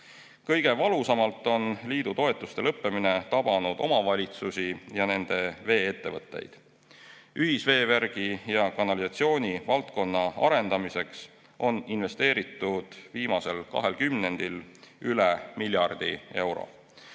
Kõige valusamalt on liidu toetuste lõppemine tabanud omavalitsusi ja nende vee-ettevõtteid. Ühisveevärgi ja ‑kanalisatsiooni valdkonna arendamiseks on viimasel kahel kümnendil investeeritud üle miljardi euro.